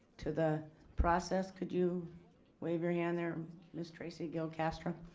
to the process. could you wave your hand there miss tracy. gil castro.